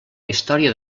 història